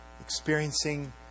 experiencing